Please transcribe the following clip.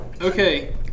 okay